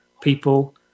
people